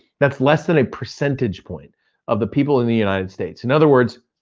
that's less than a percentage point of the people in the united states. in other words,